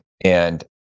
And-